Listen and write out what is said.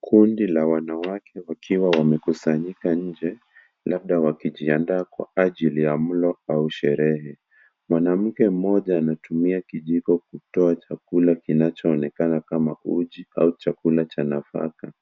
Kundi la wanawake wakiwa wamekusanyika nje, labda wakijiandaa kwa ajili ya mlo au sherehe. Mwanamke mmoja anatumia kijiko kutoa chakula kinachoonekana kama uji au chakula cha nafaka.